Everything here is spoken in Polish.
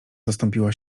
zastąpiła